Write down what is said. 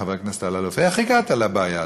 חבר הכנסת אלאלוף: איך הגעת לבעיה הזאת,